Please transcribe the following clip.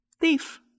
Thief